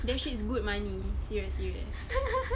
that actually is good money serious serious